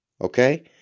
Okay